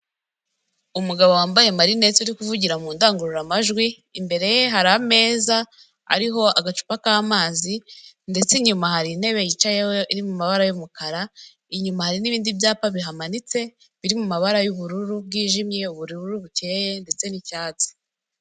Umugabo wambaye amarineti ari kuvugira mu ndangururamajwi imbere ye hari ameza ariho agacupa k'amazi ndetse inyuma hari intebe yicayeho iri mumabara'umukara inyuma hari n'ibindi byapa bihamanitse biri mu mabara y'ubururu bwijimye ubururu bukeye ndetse n'icyatsi.